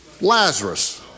Lazarus